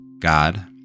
God